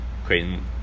Creighton